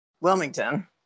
Wilmington